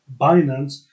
Binance